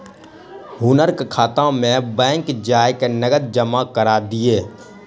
हुनकर खाता में बैंक जा कय नकद जमा करा दिअ